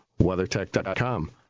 WeatherTech.com